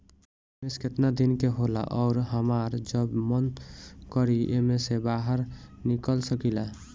निवेस केतना दिन के होला अउर हमार जब मन करि एमे से बहार निकल सकिला?